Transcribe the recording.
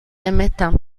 émettent